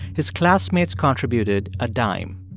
his classmates contributed a dime.